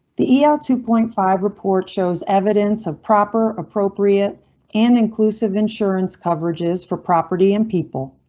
the yeah er two point five report shows evidence of proper appropriate an inclusive insurance coverage is for property and people.